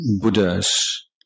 Buddhas